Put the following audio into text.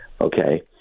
Okay